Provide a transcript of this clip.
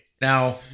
Now